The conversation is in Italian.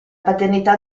paternità